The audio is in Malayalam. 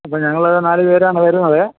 അപ്പം ഞങ്ങള് നാല് പേരാണ് വരുന്നതേ